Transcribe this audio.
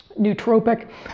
nootropic